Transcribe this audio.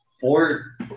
four